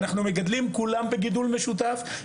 אנחנו מגדלים כולם בגידול משותף.